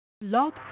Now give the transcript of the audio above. Log